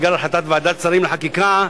בגלל החלטת ועדת שרים לחקיקה,